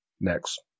next